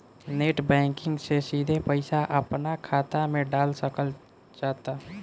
net banking से सिधे पईसा अपना खात मे डाल सकल जाता